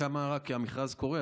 כי המכרז קורה,